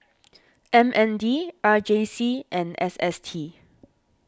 M N D R J C and S S T